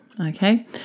okay